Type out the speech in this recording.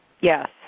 yes